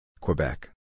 Quebec